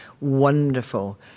wonderful